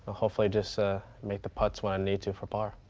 hopefully, just to make the putts when i need to for bar.